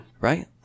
Right